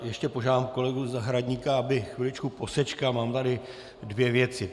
Ještě požádám kolegu Zahradníka, aby chviličku posečkal, mám tady dvě věci.